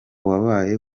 wabaye